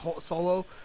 solo